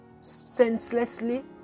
senselessly